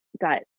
got